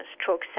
stroke